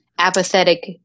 apathetic